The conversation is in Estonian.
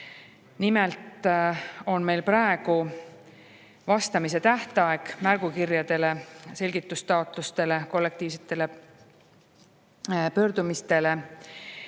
Nimelt on meil praegu märgukirjadele, selgitustaotlustele, kollektiivsetele pöördumistele